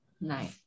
Nice